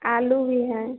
आलू भी है